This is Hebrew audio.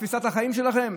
תפיסת החיים שלכם?